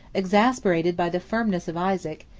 exasperated by the firmness of isaac,